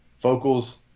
Vocals